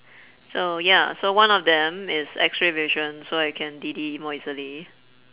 so ya so one of them is X-ray vision so I can D D more easily